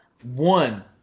One